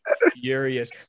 furious